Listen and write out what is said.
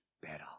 better